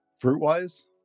Fruit-wise